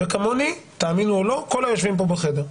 וכמוני, תאמינו או לא, כל היושבים פה בחדר.